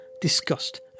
disgust